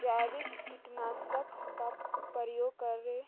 जैविक कीटनाशक का प्रयोग करे